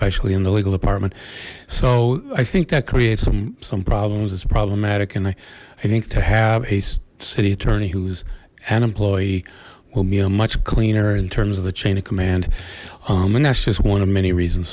basically in the legal department so i think that creates some some problems it's problematic and i think to have a city attorney who's an employee will be a much cleaner in terms of the chain of command and that's just one of many reasons